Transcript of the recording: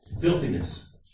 Filthiness